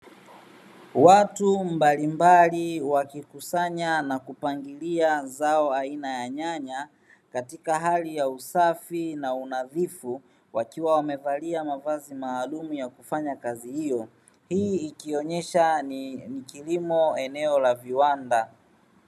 Watu mbalimbali wakikusanya na kupangilia zao aina ya nyanya katika hali ya usafi na unazifu wakiwa wamevalia mavazi maalum ya kufanya kazi hiyo hii ikionesha ni kilimo eneo la viwanda.